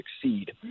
succeed